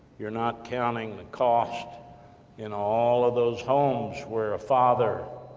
you're not counting the cost in all of those homes, where a father,